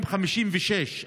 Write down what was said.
ב-2056.